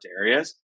areas